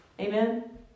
Amen